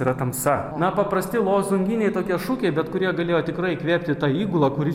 yra tamsa na paprasti lozunginiai tokie šūkiai bet kurie galėjo tikrai įkvėpti tą įgulą kuri